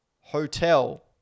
hotel